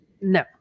No